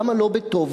למה לא בטוב?